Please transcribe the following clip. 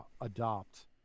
adopt